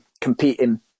competing